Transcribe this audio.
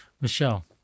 Michelle